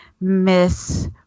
Miss